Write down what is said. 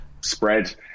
spread